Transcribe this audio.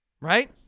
right